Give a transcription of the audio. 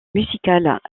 musicales